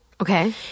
Okay